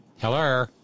Hello